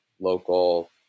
local